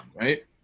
right